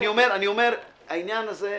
אני אומר: העניין הזה,